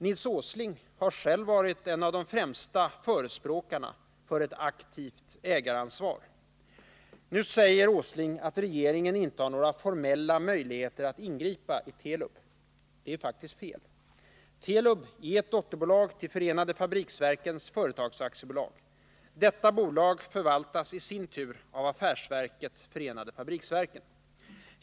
Nils Åsling har själv varit en av de främsta förespråkarna för ett aktivt ägaransvar. Nu säger Nils Åsling att regeringen inte har några formella möjligheter att ingripa i Telub. Det är fel. Telub är ett dotterbolag till FFV Företagen AB. Detta bolag förvaltas i sin tur av affärsverket förenade fabriksverken.